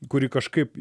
kuri kažkaip